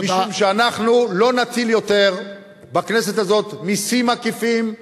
משום שאנחנו לא נטיל יותר בכנסת הזאת מסים עקיפים,